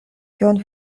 kion